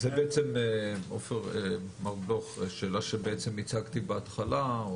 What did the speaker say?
מר בלוך, שאלה שבעצם הצגתי בהתחלה.